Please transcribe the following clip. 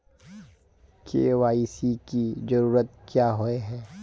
KYC की जरूरत क्याँ होय है?